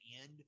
end